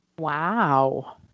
Wow